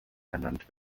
ernannt